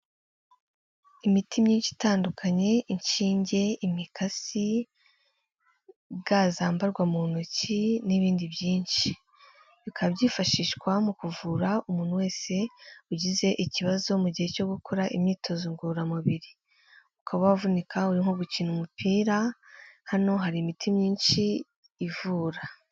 Imiti myinshi itandukanye: inshinge, imikasi, ga zambarwa mu ntoki n'ibindi byinshi, bikaba byifashishwa mu kuvura umuntu wese ugize ikibazo mu gihe cyo gukora imyitozo ngororamubiri, ukaba wavunika uri nko gukina umupira, hano hari imiti myinshi ivura.